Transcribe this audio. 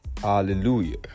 hallelujah